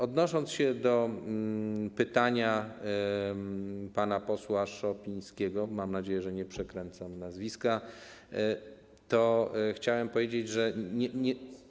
Odnosząc się do pytania pana posła Szopińskiego - mam nadzieję, że nie przekręcam nazwiska - to chciałbym powiedzieć, że.